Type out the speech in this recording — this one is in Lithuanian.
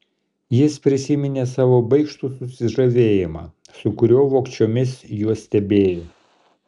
jis prisiminė savo baikštų susižavėjimą su kuriuo vogčiomis juos stebėjo